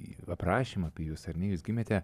į aprašymą apie jus ar ne jūs gimėte